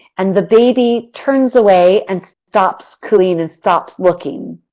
and, the baby turns away and stops cooing and stops looking.